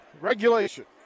Regulation